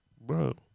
Bro